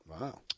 Wow